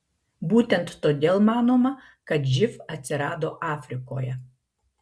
būtent todėl manoma kad živ atsirado afrikoje